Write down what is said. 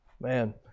Man